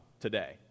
today